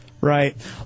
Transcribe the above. Right